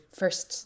first